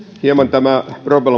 tämä problematiikka on tullut